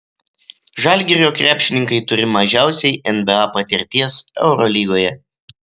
žalgirio krepšininkai turi mažiausiai nba patirties eurolygoje